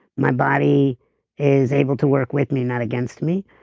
my body is able to work with me not against me.